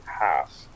half